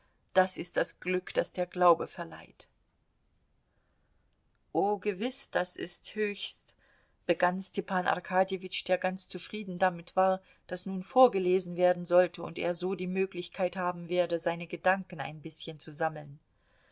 das ist das glück das der glaube verleiht o gewiß das ist höchst begann stepan arkadjewitsch der ganz zufrieden damit war daß nun vorgelesen werden sollte und er so die möglichkeit haben werde seine gedanken ein bißchen zu sammeln